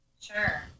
Sure